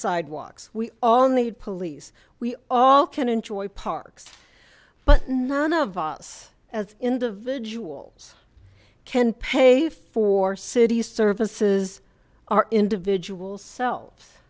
sidewalks we all need police we all can enjoy parks but none of us as individuals can pay for city services our individual sel